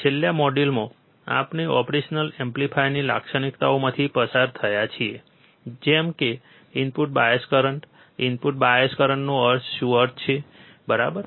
છેલ્લા મોડ્યુલોમાં આપણે ઓપરેશનલ એમ્પ્લીફાયરની લાક્ષણિકતાઓમાંથી પસાર થયા છીએ જેમ કે input bias current input bias કરંટનો શું અર્થ છે બરાબર